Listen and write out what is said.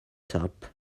top